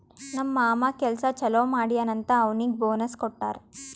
ನಮ್ ಮಾಮಾ ಕೆಲ್ಸಾ ಛಲೋ ಮಾಡ್ಯಾನ್ ಅಂತ್ ಅವ್ನಿಗ್ ಬೋನಸ್ ಕೊಟ್ಟಾರ್